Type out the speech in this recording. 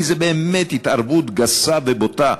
כי זו באמת התערבות גסה ובוטה.